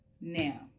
Now